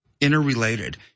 interrelated